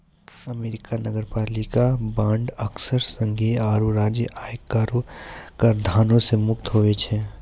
America नगरपालिका bond अक्सर संघीय आरो राज्य आय कराधानो से मुक्त होय छै